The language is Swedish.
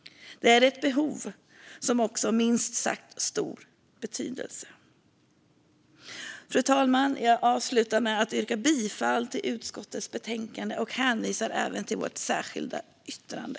Det finns ett sådant behov, och det har minst sagt stor betydelse. Fru talman! Jag avslutar med att yrka bifall till utskottets förslag i betänkandet. Jag hänvisar även till vårt särskilda yttrande.